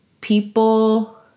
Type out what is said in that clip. people